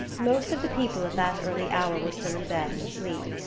most of the people at that early hour were still in bed and asleep.